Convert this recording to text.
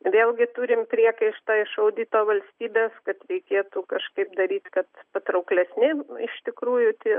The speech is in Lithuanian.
vėlgi turim priekaištą iš audito valstybės kad reikėtų kažkaip daryt kad patrauklesni iš tikrųjų tai